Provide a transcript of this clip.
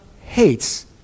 hates